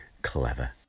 clever